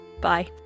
Bye